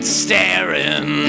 staring